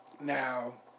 now